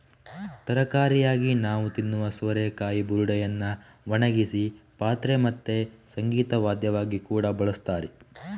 ತರಕಾರಿಯಾಗಿ ನಾವು ತಿನ್ನುವ ಸೋರೆಕಾಯಿ ಬುರುಡೆಯನ್ನ ಒಣಗಿಸಿ ಪಾತ್ರೆ ಮತ್ತೆ ಸಂಗೀತ ವಾದ್ಯವಾಗಿ ಕೂಡಾ ಬಳಸ್ತಾರೆ